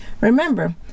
Remember